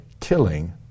killing